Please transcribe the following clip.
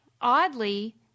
oddly